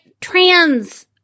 trans